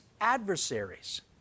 adversaries